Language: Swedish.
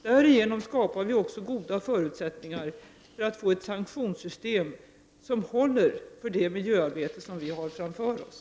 Därigenom skapar vi också goda förutsättningar för att få ett sanktionssystem som håller för det miljöarbete som vi har framför oss.